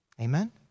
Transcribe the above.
Amen